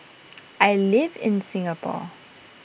I live in Singapore